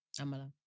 Amala